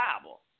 Bible